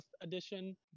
edition